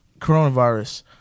coronavirus